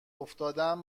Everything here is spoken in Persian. افتادم